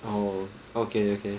oh okay okay